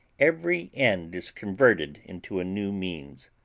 every end is converted into a new means.